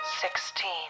sixteen